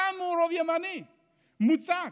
העם הוא ימני מוצק.